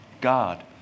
God